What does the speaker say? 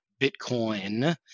Bitcoin